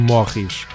Morris